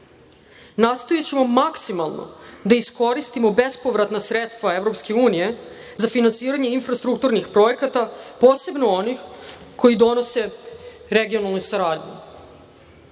Nastojaćemo maksimalno da iskoristimo bespovratna sredstva EU za finansiranje infrastrukturnih projekata, posebno onih koji donose regionalnu saradnju. Vlada